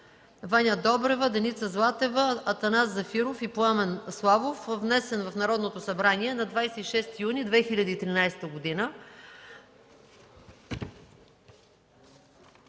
Ваня Добрева, Деница Златева, Атанас Зафиров и Пламен Славов, внесен в Народното събрание на 26 юни 2013 г.